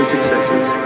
successes